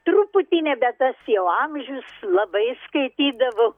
truputį nebe tas jau amžius labai skaitydavau